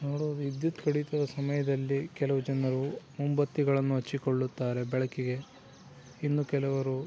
ನೋಡು ವಿದ್ಯುತ್ ಕಡಿತದ ಸಮಯದಲ್ಲಿ ಕೆಲವು ಜನರು ಮೊಂಬತ್ತಿಗಳನ್ನು ಹಚ್ಚಿಕೊಳ್ಳುತ್ತಾರೆ ಬೆಳಕಿಗೆ ಇನ್ನೂ ಕೆಲವರು